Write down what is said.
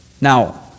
Now